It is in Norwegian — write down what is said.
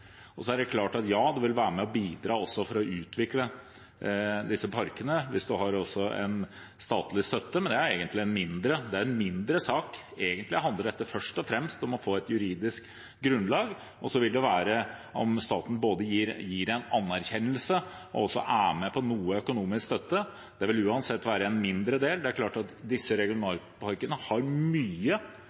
Så er det klart at det vil bidra til å utvikle disse parkene hvis man får statlig støtte, men det er en mindre sak. Egentlig handler dette først og fremst om å få et juridisk grunnlag og så om staten gir anerkjennelse og også er med på å gi noe økonomisk støtte. Det vil uansett være en mindre del. Det er klart at disse regionalparkene får mye